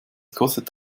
kostet